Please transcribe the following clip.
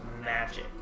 magic